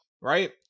right